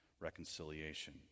reconciliation